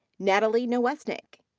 natalie nowesnick.